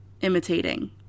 imitating